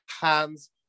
Hands